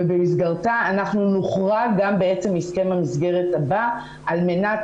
ובמסגרתה אנחנו נוחרג גם בהסכם המסגרת הבא על מנת